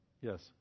Yes